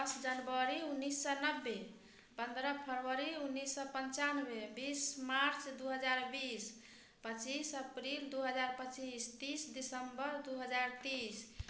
दस जनवरी उन्नीस सए नब्बे पन्द्रह फरबरी उन्नीस सए पंचानबे बीस मार्च दू हजार बीस पचीस अप्रिल दू हजार पचीस तीस दिसम्बर दू हजार तीस